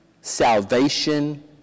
salvation